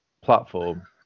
platform